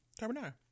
Carbonara